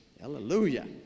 Hallelujah